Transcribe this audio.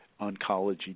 oncology